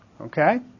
Okay